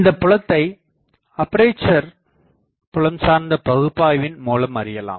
இந்தப்புலத்தை அப்பேசர் புலம்சார்ந்த பகுப்பாய்வின் மூலம் அறியலாம்